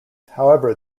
however